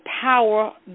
power